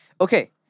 Okay